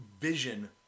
vision